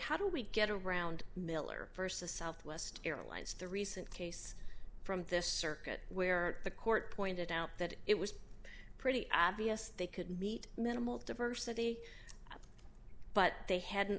how do we get around miller versus southwest airlines the recent case from this circuit where the court pointed out that it was pretty obvious they could meet minimal diversity but they had